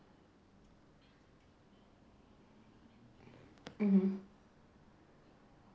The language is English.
mmhmm